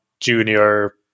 junior